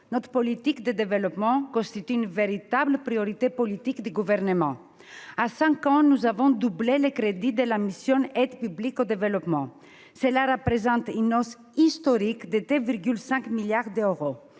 notre politique de développement constitue une véritable priorité politique du Gouvernement. En cinq ans, nous avons doublé les crédits de la mission « Aide publique au développement ». Cela représente une hausse historique de 2,5 milliards d'euros.